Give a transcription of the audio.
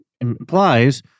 implies